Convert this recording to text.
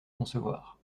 concevoir